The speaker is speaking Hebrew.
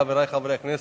חברי חברי הכנסת,